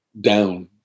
down